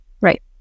Right